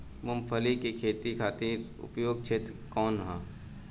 मूँगफली के खेती खातिर उपयुक्त क्षेत्र कौन वा?